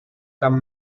camp